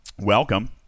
Welcome